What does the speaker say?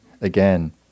again